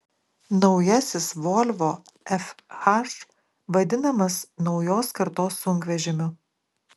naujasis volvo fh vadinamas naujos kartos sunkvežimiu